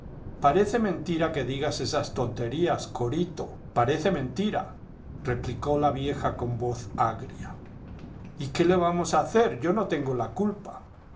parece mentira que digas esas tonterías corito parece mentira replicó la vieja con voz agria y qué le vamos a hacer yo no tengo la culpa